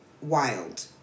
wild